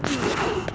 mm